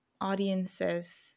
audiences